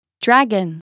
dragon